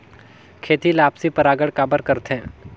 खेती ला आपसी परागण काबर करथे?